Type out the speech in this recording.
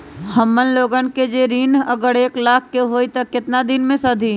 हमन लोगन के जे ऋन अगर एक लाख के होई त केतना दिन मे सधी?